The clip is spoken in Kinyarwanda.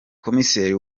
komiseri